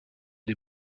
des